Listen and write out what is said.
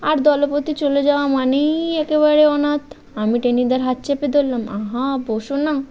আর দলপতি চলে যাওয়া মানেই একেবারে অনাথ আমি টেনিদার হাত চেপে ধরলাম আহা বসো না